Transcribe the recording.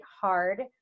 hard